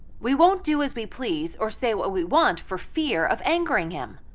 we won't do as we please or say what we want for fear of angering him.